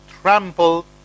trample